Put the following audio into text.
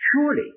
Surely